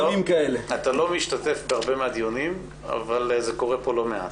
אתה לא משתתף בהרבה מהדיונים אבל זה קורה כאן לא מעט.